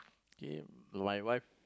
K my wife